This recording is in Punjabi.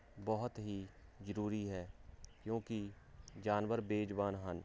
ਬਹੁਤ ਹੀ ਜ਼ਰੂਰੀ ਹੈ ਕਿਉਂਕਿ ਜਾਨਵਰ ਬੇਜਵਾਨ ਹਨ